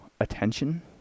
attention